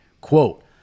quote